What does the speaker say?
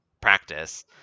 practice